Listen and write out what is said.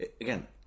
again